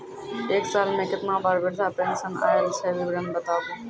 एक साल मे केतना बार वृद्धा पेंशन आयल छै विवरन बताबू?